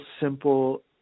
simple